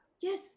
Yes